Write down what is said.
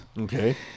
Okay